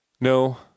No